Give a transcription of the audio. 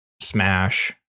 smash